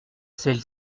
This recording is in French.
celle